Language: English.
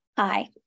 Hi